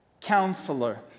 counselor